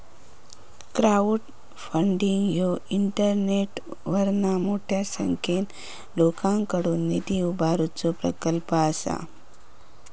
crowdfunding ह्यो इंटरनेटवरना मोठ्या संख्येन लोकांकडुन निधी उभारुचो प्रकल्प असा